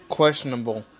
questionable